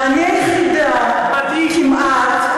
ואני היחידה כמעט,